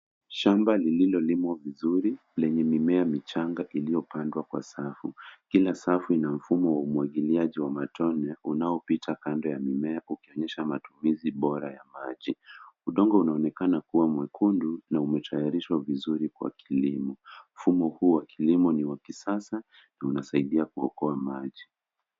Shamba lililolimwa vizuri lenye mimea michanga iliyopandwa kwa safu. Kila safu ina fumo wa umwagiliaji wa matone unaopita kando ya mimea ukionyesha matumizi bora ya maji. Udongo unaonekana kuwa mwekundu na umetayarishwa vizuri kwa kilimo. Mfumo huu wa kilimo ni wa kisasa na unasaidia kuokoa maji.